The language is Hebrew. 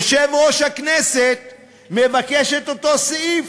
יושב-ראש הכנסת מבקש את אותו סעיף: